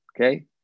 okay